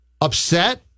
upset